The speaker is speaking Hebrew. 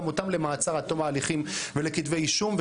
אותם למעצר עד תום ההליכים ולכתבי אישום.